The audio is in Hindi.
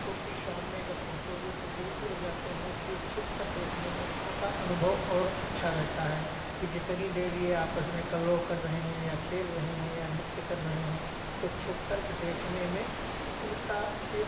क्योंकि सामने जब पहुँचोगे तो वो उड़ जाते हैं इसलिए छुपकर देखने में उनका अनुभव और अच्छा रहता है कि जितनी देर ये आपस में कलरव कर रहे हैं या खेल रहे हैं या नृत्य कर रहे हैं तो छुपकर के देखने में उनका एक